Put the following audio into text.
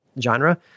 genre